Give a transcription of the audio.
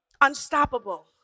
Unstoppable